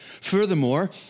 Furthermore